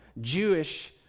Jewish